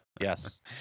Yes